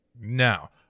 now